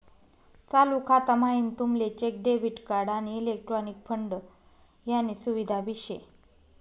चालू खाता म्हाईन तुमले चेक, डेबिट कार्ड, आणि इलेक्ट्रॉनिक फंड यानी सुविधा भी शे